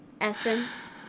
essence